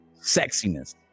sexiness